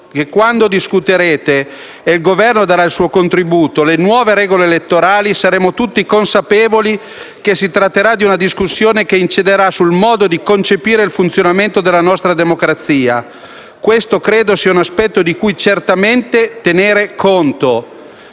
quando discuterete - e il Governo darà il suo contribuito - le nuove regole elettorali, saremo tutti consapevoli che si tratterà di una discussione che inciderà sul modo di concepire il funzionamento della nostra democrazia. Questo credo sia un aspetto di cui certamente tener conto.